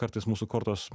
kartais mūsų kortos